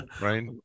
right